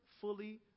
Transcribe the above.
fully